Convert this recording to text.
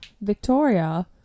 Victoria